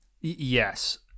Yes